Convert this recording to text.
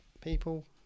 people